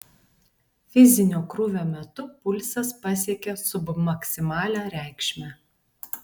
fizinio krūvio metu pulsas pasiekė submaksimalią reikšmę